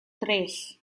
tres